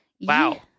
Wow